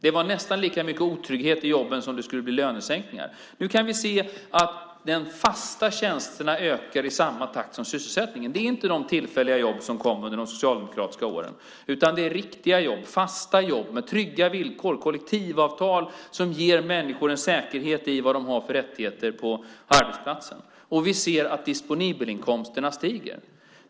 Det var nästan lika mycket otrygghet i jobben som det skulle bli lönesänkningar. Nu kan vi se att de fasta tjänsterna ökar i samma takt som sysselsättningen. Det är inte de tillfälliga jobb som kom under de socialdemokratiska åren, utan det är riktiga jobb, fasta jobb med trygga villkor och kollektivavtal som ger människor en säkerhet i vad de har för rättigheter på arbetsplatsen. Och vi ser att de disponibla inkomsterna stiger.